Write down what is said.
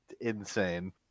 insane